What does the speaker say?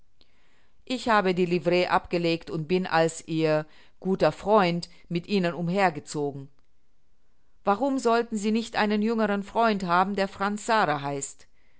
ich habe die livree abgelegt und bin als ihr guter freund mit ihnen umhergezogen warum sollten sie nicht einen jüngeren freund haben der franz sara heißt